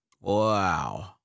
Wow